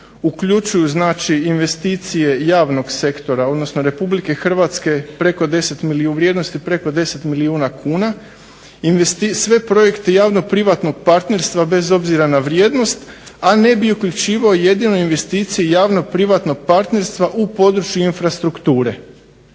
uključuju znači investicije javnog sektora, odnosno Republike Hrvatske preko, u vrijednosti preko 10 milijuna kuna. Sve projekte javno-privatnog partnerstva bez obzira na vrijeme, ali ne bi uključivao jedino investicije javnog privatnog partnerstva u području infrastrukture.